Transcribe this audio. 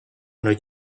nüüd